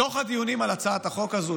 בתוך הדיונים על הצעת החוק הזאת,